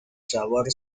sabor